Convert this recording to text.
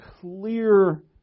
clear